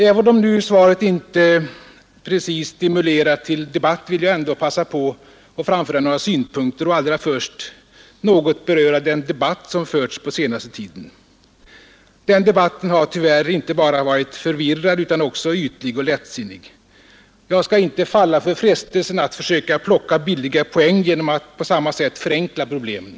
Även om svaret på min interpellation inte precis stimulerar till debatt vill jag ändå passa på att framföra några synpunkter och då allra först nagot beröra den debatt som förts pa senaste tiden. Den debatten har tyvärr inte bara varit förvirrad utan också ytlig och lättsinnig. Jag skall inte falla för frestelsen att försöka plocka billiga poäng genom att på samma sätt förenkla problemen.